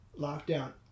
lockdown